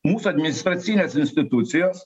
mūsų administracinės institucijos